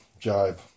jive